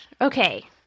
Okay